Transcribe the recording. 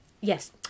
yes